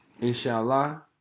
inshallah